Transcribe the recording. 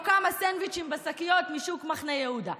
כמה סנדוויצ'ים בשקיות משוק מחנה יהודה.